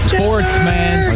Sportsman